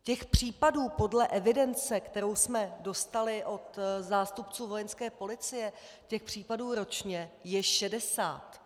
Těch případů podle evidence, kterou jsme dostali od zástupců Vojenské policie, těch případů ročně je šedesát.